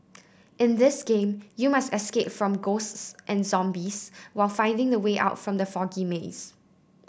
in this game you must escape from ghosts and zombies while finding the way out from the foggy maze